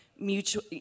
mutual